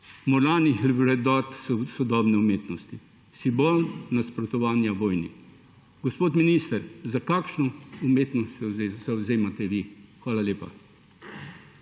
moralnih vrednot sodobne umetnosti. Simbol nasprotovanja vojni. Gospod minister, za kakšno umetnost se zavzemate vi? Hvala lepa.